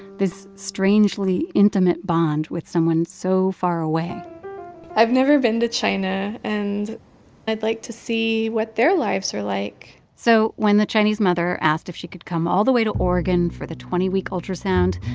this strangely intimate bond with someone so far away i've never been to china. and i'd like to see what their lives are like so when the chinese mother asked if she could come all the way to oregon for the twenty week ultrasound,